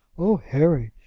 oh, harry,